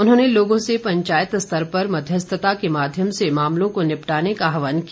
उन्होंने लोगों से पंचायत स्तर पर मध्यस्थता के माध्यम से मामलों को निपटाने का आहवान किया